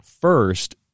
first